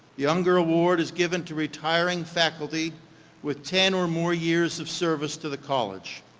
the unger award is given to retiring faculty with ten or more years of service to the college.